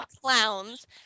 clowns